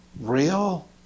real